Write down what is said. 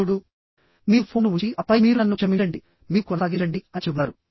అప్పుడు మీరు ఫోన్ను ఉంచిఆపై మీరు నన్ను క్షమించండి మీరు కొనసాగించండి అని చెబుతారు